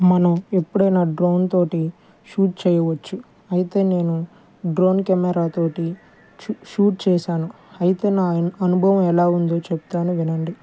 మనం ఎప్పుడైన డ్రోన్ తో షూట్ చేయవచ్చు అయితే నేను డ్రోన్ కెమెరాతో షూట్ చేసాను అయితే నా అనుభవం ఎలా ఉందో చెప్తాను వినండి